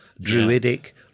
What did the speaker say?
druidic